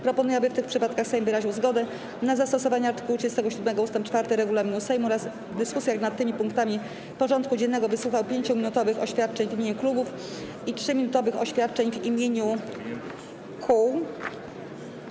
Proponuję, aby w tych przypadkach Sejm wyraził zgodę na zastosowanie art. 37 ust. 4 regulaminu Sejmu oraz w dyskusjach nad tymi punktami porządku dziennego wysłuchał 5-minutowych oświadczeń w imieniu klubów i 3-minutowych oświadczeń w imieniu kół.